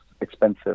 expensive